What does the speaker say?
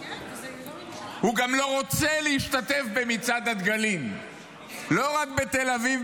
הוא גם לא רוצה להשתתף במצעד הדגלים לא רק בתל אביב,